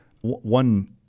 one